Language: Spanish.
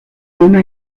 una